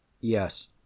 Yes